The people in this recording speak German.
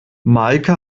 meike